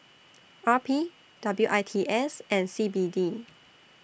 R P W I T S and C B D